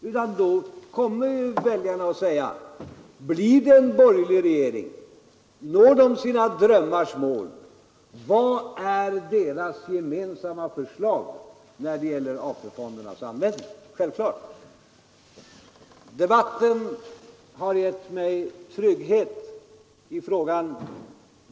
Väljarna kommer att fråga: Om det blir en borgerlig regering och de borgerliga når sina drömmars mål, vad är då deras gemensamma förslag när det gäller AP-fondernas användning? Debatten har givit mig trygghet.